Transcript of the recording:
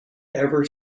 ever